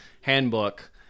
handbook